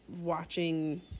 watching